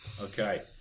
Okay